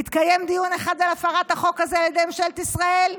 התקיים דיון אחד על הפרת החוק הזה על ידי ממשלת ישראל?